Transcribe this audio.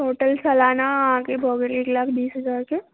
total सालाना अहाँके भऽ गेल एक लाख बीस हजारके